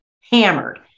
hammered